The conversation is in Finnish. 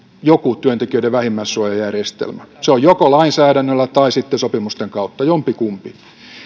joku työntekijöiden vähimmäissuojajärjestelmä se on joko lainsäädännöllä tai sitten sopimusten kautta jompikumpi